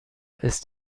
ist